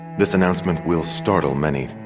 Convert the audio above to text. this announcement will startle many.